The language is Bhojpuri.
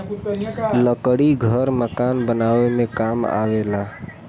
लकड़ी घर मकान बनावे में काम आवेला